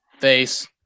face